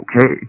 okay